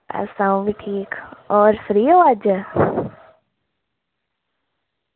बस अ'ऊं बी ठीक और फ्री ओ अज्ज